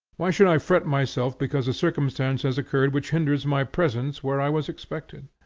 why should i fret myself because a circumstance has occurred which hinders my presence where i was expected?